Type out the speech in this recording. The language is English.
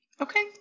Okay